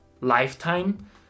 lifetime